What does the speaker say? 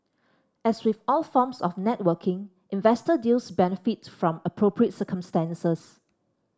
as with all forms of networking investor deals benefit from appropriate circumstances